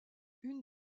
une